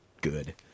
good